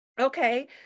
Okay